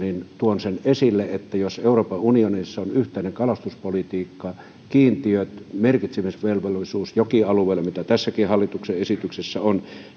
tuon esille sen että jos euroopan unionissa on yhteinen kalastuspolitiikka kiintiöt ja merkitsemisvelvollisuus jokialueilla mitä tässäkin hallituksen esityksessä on